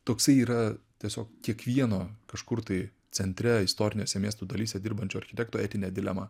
toksai yra tiesiog kiekvieno kažkur tai centre istorinėse miestų dalyse dirbančio architekto etinė dilema